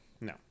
No